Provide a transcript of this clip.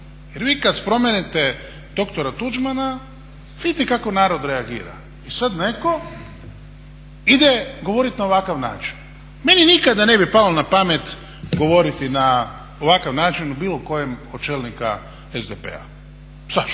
Jer vi kada spomenete dr. Tuđmana vidite kako narod reagira. I sada netko ide govoriti na ovakav način. Meni nikada ne bi palo na pamet govoriti na ovakav način o bilo kojem od čelnika SDP-a. Zašto?